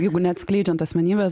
jeigu neatskleidžiant asmenybės